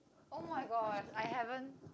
oh-my-god I haven't